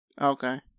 Okay